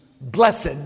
blessed